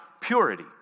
purity